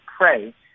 pray